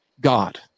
God